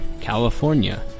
California